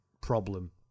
problem